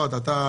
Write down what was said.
לא אתה.